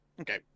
Okay